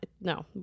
No